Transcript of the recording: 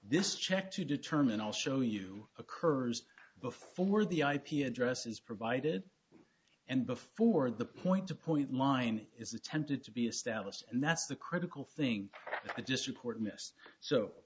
this check to determine i'll show you occurs before the ip address is provided and before the point to point line is attempted to be established and that's the critical thing i just report miss so